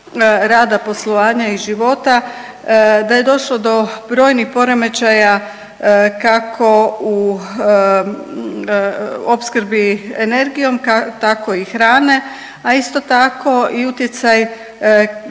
rada poslovanja i života, da je došlo do brojnih poremećaja kako u opskrbi energiji tako i hrane, a isto tako i utjecaj